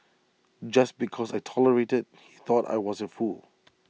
just because I tolerated he thought I was A fool